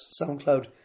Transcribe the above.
SoundCloud